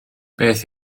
beth